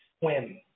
swim